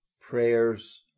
prayers